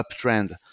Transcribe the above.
uptrend